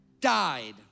died